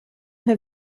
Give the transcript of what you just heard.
her